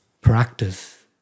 practice